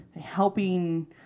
helping